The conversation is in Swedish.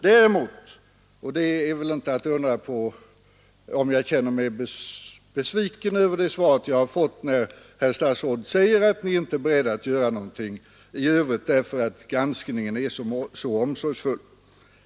Däremot är det väl inte att undra på om jag känner mig besviken över det svar jag har fått, när statsrådet säger att man inte är beredd att göra någonting i övrigt därför att granskningen är så omsorgsfull.